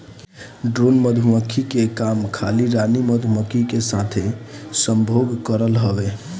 drone मधुमक्खी के काम खाली रानी मधुमक्खी के साथे संभोग करल हवे